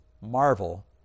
Marvel